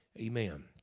Amen